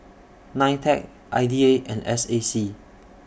NITEC I D A and S A C